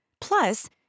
Plus